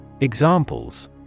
EXAMPLES